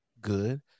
good